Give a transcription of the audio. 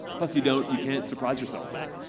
plus you don't. you can't surprise yourself then,